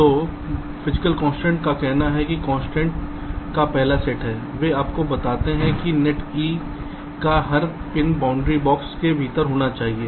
तो भौतिक कंस्ट्रेंट्स का कहना है कि कंस्ट्रेंट्स का पहला सेट है वे आपको बताते हैं कि नेट e का हर पिन बाउंडिंग बॉक्स के भीतर होना चाहिए